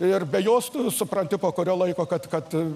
ir be jos tu supranti po kurio laiko kad kad